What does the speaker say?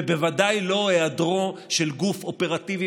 ובוודאי בהיעדרו של גוף אופרטיבי,